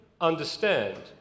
understand